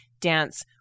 dance